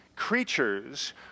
creatures